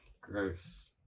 Gross